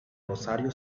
rosario